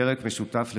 פרק משותף לכולנו,